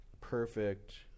perfect